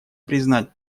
признать